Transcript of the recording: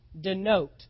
denote